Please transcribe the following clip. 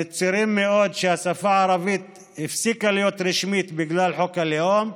ומצירים מאוד שהשפה הערבית הפסיקה להיות רשמית בגלל חוק הלאום,